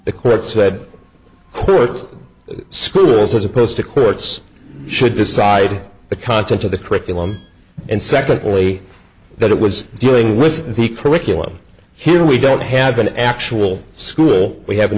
the court said courts schools as opposed to courts should decide the content of the curriculum and secondly that it was doing with the curriculum here we don't have an actual school we have an